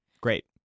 Great